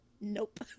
Nope